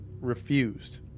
refused